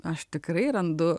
aš tikrai randu